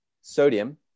sodium